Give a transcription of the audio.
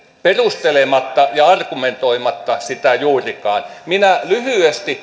perustelematta ja argumentoimatta sitä juurikaan minä lyhyesti